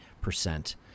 percent